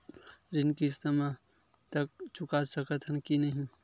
ऋण किस्त मा तक चुका सकत हन कि नहीं?